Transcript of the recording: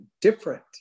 different